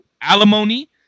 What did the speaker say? alimony